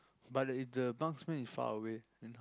but the if the marksman is far away then